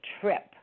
trip